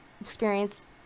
experience